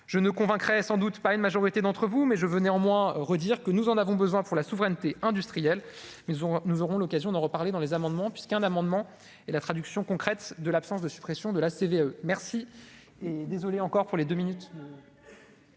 je ne convaincrai sans doute pas une majorité d'entre vous, mais je veux néanmoins redire que nous en avons besoin pour la souveraineté industrielle mais on nous aurons l'occasion d'en reparler dans les amendements puisqu'un amendement et la traduction concrète de l'absence de suppression de la CVAE merci et désolé encore pour les deux minutes.